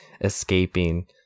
escaping